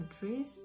countries